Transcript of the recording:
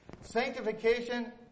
Sanctification